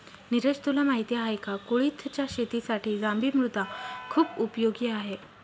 निरज तुला माहिती आहे का? कुळिथच्या शेतीसाठी जांभी मृदा खुप उपयोगी आहे